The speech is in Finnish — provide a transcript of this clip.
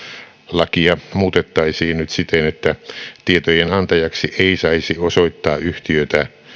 lakia muutettaisiin nyt siten että tietojen antajaksi ei saisi osoittaa yhtiötä